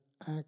act